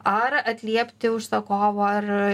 ar atliepti užsakovo ar